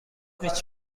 هیچ